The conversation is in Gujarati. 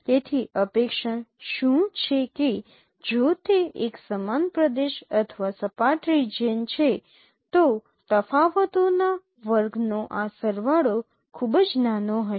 તેથી અપેક્ષા શું છે કે જો તે એક સમાન પ્રદેશ અથવા સપાટ રિજિયન છે તો તફાવતોના વર્ગનો આ સરવાળો ખૂબ જ નાનો હશે